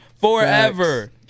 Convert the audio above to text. forever